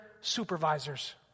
supervisors